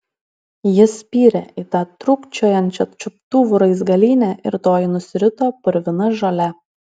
ji spyrė į tą trūkčiojančią čiuptuvų raizgalynę ir toji nusirito purvina žole